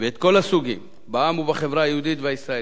ואת כל הסוגים בעם ובחברה היהודית והישראלית.